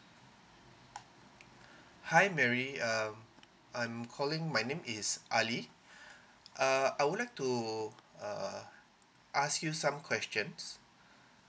hi mary uh I'm calling my name is ali uh I would like to uh ask you some questions